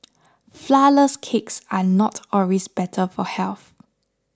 Flourless Cakes are not always better for health